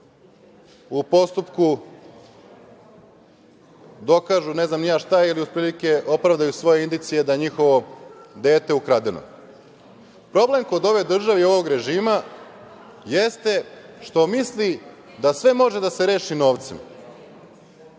u postupku dokažu ne znam ni ja šta ili otprilike opravdaju svoje indicije da je njihovo dete ukradeno. Problem kod ove države i kod ovog režima jeste što misli da sve može da se reši novcem.